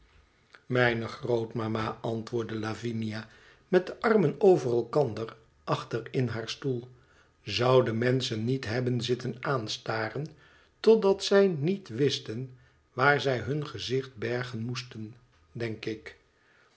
mijne rootmama antwoordde lavinia met de armen over elkanderachter m haar stoel zou de menschen niet hebben zitten aanstaren totdat zij niet wisten waar zij hun gezicht bergen moesten denk ik